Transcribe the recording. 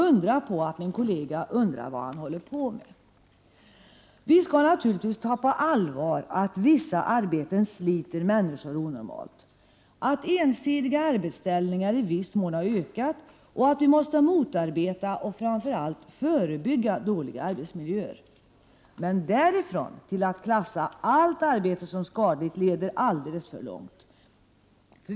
Undra på att min kollega undrar vad han håller på med! Vi skall naturligtvis ta på allvar att vissa arbeten sliter människor på ett onormalt sätt, att arbete med ensidiga arbetsställningar i viss mån har ökat och att vi måste motarbeta och framför allt förebygga att dåliga arbetsmiljöer uppstår. Men därifrån till att klassa allt arbete som skadligt leder alldeles för långt.